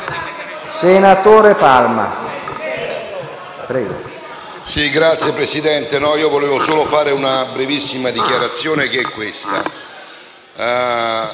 senatore Palma.